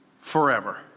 forever